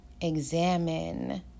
examine